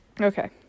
Okay